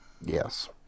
Yes